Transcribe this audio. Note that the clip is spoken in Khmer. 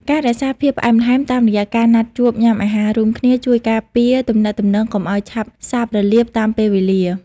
ការរក្សាភាពផ្អែមល្ហែមតាមរយៈការណាត់ជួបញ៉ាំអាហាររួមគ្នា ជួយការពារទំនាក់ទំនងកុំឱ្យឆាប់សាបរលាបតាមពេលវេលា។